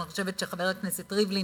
אני חושבת שחבר הכנסת ריבלין